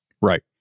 Right